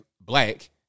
black